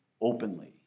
openly